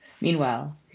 Meanwhile